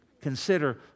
consider